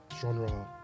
genre